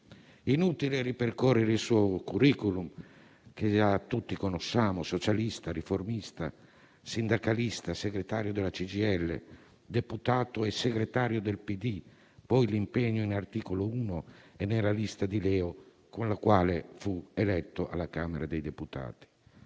Inutile ripercorrere il suo *curriculum*, che tutti conosciamo: socialista, riformista, sindacalista, segretario della CGIL, deputato e segretario del PD, poi l'impegno in Articolo Uno e nella lista di LeU, con la quale fu eletto alla Camera dei deputati.